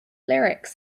lyrics